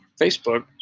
Facebook